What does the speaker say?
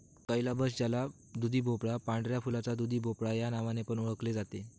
calabash ज्याला दुधीभोपळा, पांढऱ्या फुलाचा दुधीभोपळा या नावाने पण ओळखले जाते